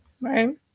right